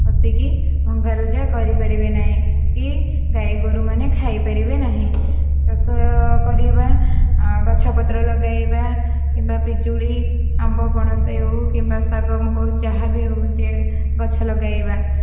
ପସିକି ଭଙ୍ଗାରୁଜା କରିପାରିବେ ନାହିଁ କି ଗାଈଗୋରୁମାନେ ଖାଇପାରିବେ ନାହିଁ ଚାଷ କରିବା ଗଛ ପତ୍ର ଲଗାଇବା କିମ୍ବା ପିଜୁଳି ଆମ୍ବ ପଣସ ସେଉ କିମ୍ବା ଶାଗ ମୁଗ ଯାହା ହେଉ ଯେ ଗଛ ଲଗାଇବା